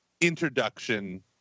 introduction